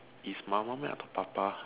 if mama met papa